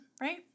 right